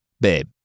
Babe